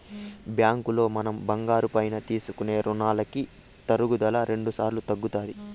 బ్యాంకులో మనం బంగారం పైన తీసుకునే రునాలకి తరుగుదల రెండుసార్లు తగ్గుతాది